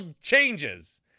changes